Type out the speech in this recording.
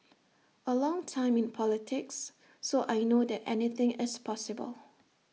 A long time in politics so I know that anything is possible